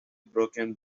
broken